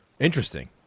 Interesting